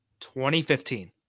2015